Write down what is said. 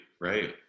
right